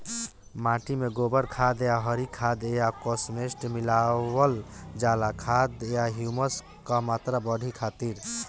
माटी में गोबर खाद या हरी खाद या कम्पोस्ट मिलावल जाला खाद या ह्यूमस क मात्रा बढ़ावे खातिर?